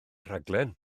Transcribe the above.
rhaglen